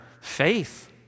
faith